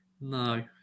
No